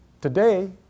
today